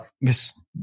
Miss